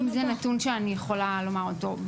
-- אם זה נתון שאני יכולה לומר אותו.